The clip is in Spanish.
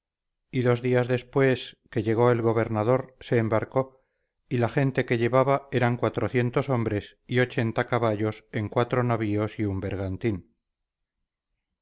y dos días después que llegó el gobernador se embarcó y la gente que llevaba eran cuatrocientos hombres y ochenta caballos en cuatro navíos y un bergantín